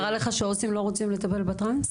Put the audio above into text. קרה שעו"סים לא רצו לטפל בטראנס?